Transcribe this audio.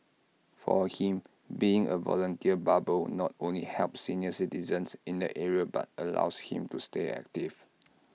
for him being A volunteer barber not only helps senior citizens in the area but allows him to stay active